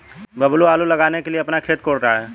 बबलू आलू लगाने के लिए अपना खेत कोड़ रहा है